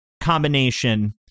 combination